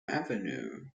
avenue